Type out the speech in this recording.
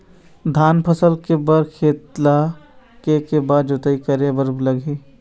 धान फसल के बर खेत ला के के बार जोताई करे बर लगही?